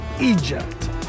Egypt